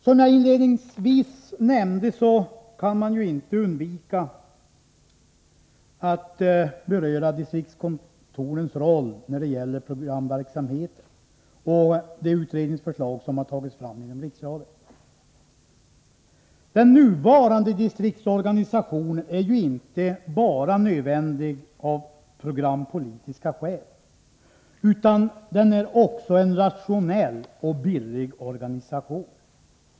Som jag inledningsvis nämnde kan man ju inte undvika att beröra distriktskontorens roll när det gäller programverksamheten och det utredningsförslag som har tagits fram inom Riksradion. Den nuvarande distriktsorganisationen är ju inte bara nödvändig av programpolitiska skäl utan den är också en rationell och billig organisation.